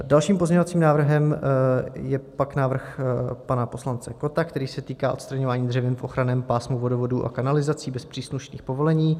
Dalším pozměňovacím návrhem je pak návrh pana poslance Kotta, který se týká odstraňování dřevin v ochranném pásmu vodovodů a kanalizací bez příslušných povolení.